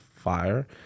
Fire